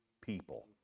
people